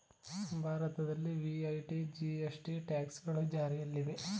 ಭಾರತದಲ್ಲಿ VAT, GST, taxes ಗಳು ಜಾರಿಯಲ್ಲಿದೆ